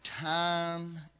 time